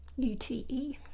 U-T-E